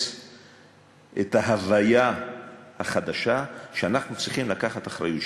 את ההוויה החדשה שאנחנו צריכים לקחת אחריות,